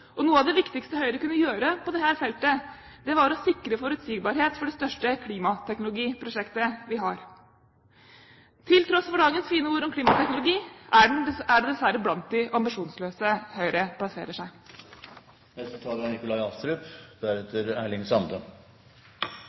om. Noe av det viktigste Høyre kunne gjøre på dette feltet, var å sikre forutsigbarhet for det største klimateknologiprosjektet vi har. Til tross for dagens fine ord om klimateknologi er det dessverre blant de ambisjonsløse Høyre plasserer seg. La meg starte med det litt overordnede perspektivet for hvorfor dette forslaget er